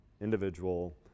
individual